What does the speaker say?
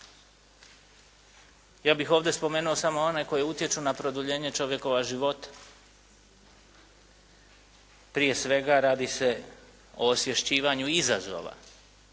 Ja bih ovdje spomenuo samo one koje utječu na produljenje čovjekova života, prije svega radi se o osvješćivanju izazova